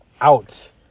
out